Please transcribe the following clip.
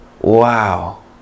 Wow